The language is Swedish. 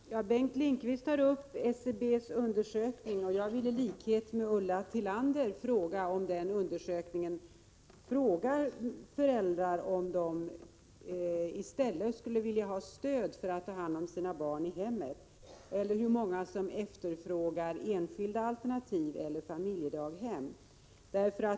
Herr talman! Bengt Lindqvist tog upp SCB:s undersökning. Jag vill i likhet med Ulla Tillander fråga statsrådet om man i undersökningen frågade föräldrarna om de skulle vilja ha stöd för att ta hand om sina barn i hemmet, och hur många som efterfrågade enskilda alternativ eller familjedaghem.